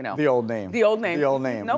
and the old name. the old name. the old name. nope,